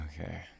Okay